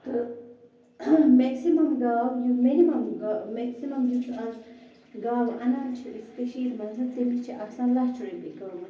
تہٕ مٮ۪کسِمَم گاو یُتھ مِنِمَم گا مٮ۪کسِمَم یُس آز گاوٕ اَنان چھِ أسۍ کٔشیٖر منٛز تٔمِس چھِ آسان لَچھ رۄپیہِ قۭمَت